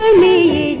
me